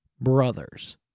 brothers